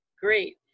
great